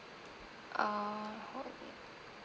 uh hold